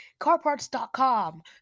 Carparts.com